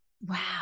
wow